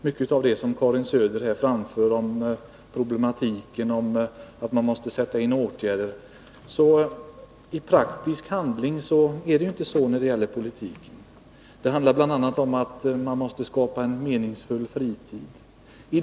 Mycket av det som Karin Söder här säger om behovet av att sätta in åtgärder för att komma till rätta med problematiken är riktigt, men det kommer inte till uttryck i den praktiska politiken. Bl. a. måste en meningsfull fritid skapas.